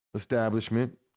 establishment